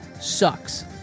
sucks